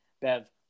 Bev